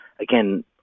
again